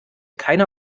keiner